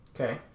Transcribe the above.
Okay